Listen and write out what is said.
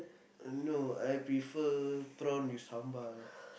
uh no I prefer prawn with sambal